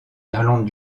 irlande